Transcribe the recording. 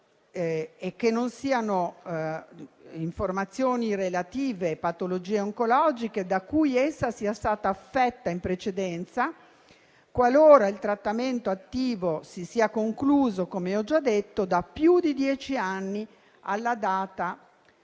e che non siano informazioni relative a patologie oncologiche da cui essa sia stata affetta in precedenza, qualora il trattamento attivo si sia concluso - come ho già detto - da più di dieci anni alla data della